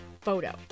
photo